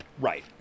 Right